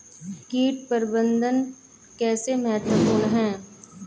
कीट प्रबंधन कैसे महत्वपूर्ण है?